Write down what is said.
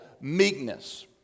meekness